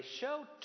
show